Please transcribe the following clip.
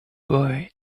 boy